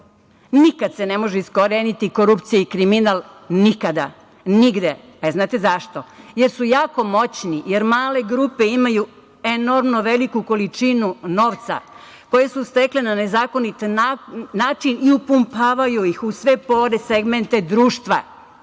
Nikad se ne može iskoreniti korupcija i kriminal, nikada i nigde, a da li znate zašto? Jer su jako moćni, jer male grupe imaju enormno veliku količinu novca koji su stekle na nezakonit način i upumpavaju ih u sve pore, segmente društva.